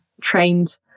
trained